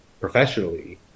professionally